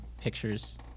pictures